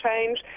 change